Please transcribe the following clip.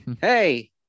Hey